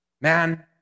Man